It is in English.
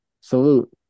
salute